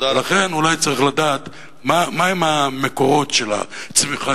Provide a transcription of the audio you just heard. לכן אולי צריך לדעת מהם המקורות של הצמיחה